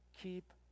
Keep